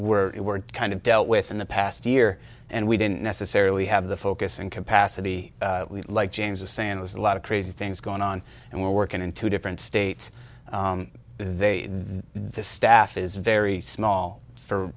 we were kind of dealt with in the past year and we didn't necessarily have the focus and capacity like james was saying there's a lot of crazy things going on and we're working in two different states they this staff is very small for